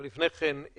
אבל לפני כן,